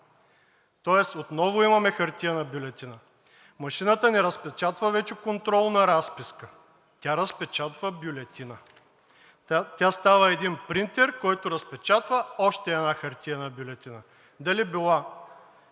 отново имаме хартиена бюлетина и машината не разпечатва вече контролна разписка, тя разпечатва бюлетина. Тя става един принтер, който разпечатва още една хартиена бюлетина, дали е